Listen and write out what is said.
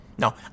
No